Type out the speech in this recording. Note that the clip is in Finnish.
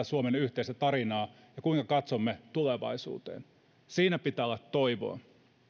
suomen yhteistä tarinaa ja kuinka katsomme tulevaisuuteen pitää olla toivoa